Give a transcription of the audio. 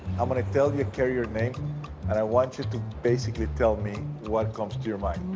i'm going to tell you a carrier name and i want you to basically tell me what comes to your mind.